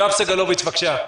יואב סגלוביץ', בבקשה.